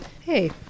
Hey